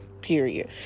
period